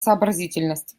сообразительность